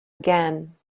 again